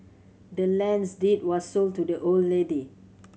the land's deed was sold to the old lady